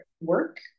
work